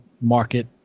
market